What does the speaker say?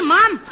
Mom